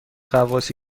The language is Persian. غواصی